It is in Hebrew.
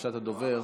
לבקשת הדובר.